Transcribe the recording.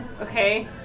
Okay